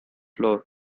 floor